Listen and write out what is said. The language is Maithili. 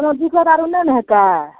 कोनो दिक्कत आरो नहि नऽ होयतै